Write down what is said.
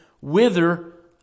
whither